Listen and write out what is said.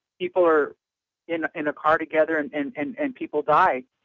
people are in in a car together and and and and people die.